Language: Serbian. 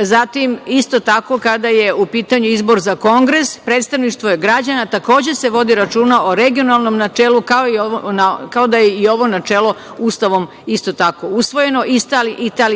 zatim, isto tako, kada je u pitanju izbor za kongres, predstavništvo je građana, takođe se vodi računa o regionalnom načelu, kao i da je ovo načelno Ustavom isto tako usvojeno. Italija ima